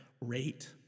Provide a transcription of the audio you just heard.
rate